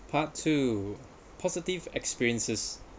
part two positive experiences